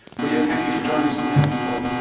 bu yeap, thank you for joining us on the health report.